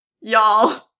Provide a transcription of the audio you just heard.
y'all